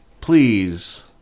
please